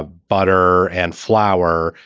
ah butter and flour.